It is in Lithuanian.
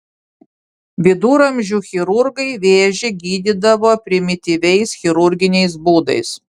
viduramžių chirurgai vėžį gydydavo primityviais chirurginiais būdais